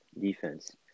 defense